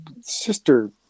sister